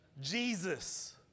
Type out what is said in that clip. Jesus